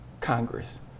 Congress